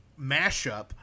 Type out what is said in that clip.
mashup